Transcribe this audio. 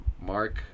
Mark